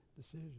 decision